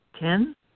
Ten